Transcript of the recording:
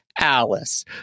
Alice